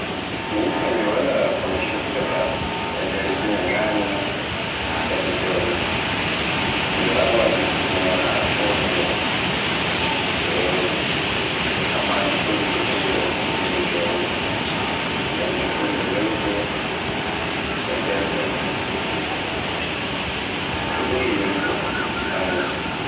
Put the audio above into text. Min kam mi wala komi chubtata e nder gimi naane e di joni. Mi wawaan mi naana koɗume, so e weli. Amma mi ɓuri yiɗugo gimi joni, ngam ɗi ɓuri welugo e belɗum. Ɗi ɓuri welugo sanne.